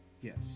Yes